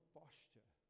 posture